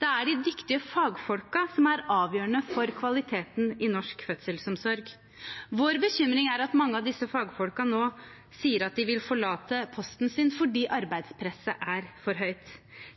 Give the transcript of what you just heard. Det er de dyktige fagfolkene som er avgjørende for kvaliteten i norsk fødselsomsorg. Vår bekymring er at mange av disse fagfolkene nå sier at de vil forlate posten sin fordi arbeidspresset er for høyt.